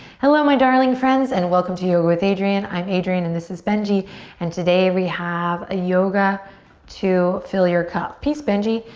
hello my darling friends and welcome to yoga with adriene. i'm adriene and this is benji and today we have a yoga to fill your cup. peace benji.